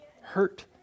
hurt